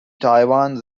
taiwan